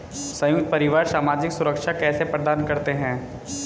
संयुक्त परिवार सामाजिक सुरक्षा कैसे प्रदान करते हैं?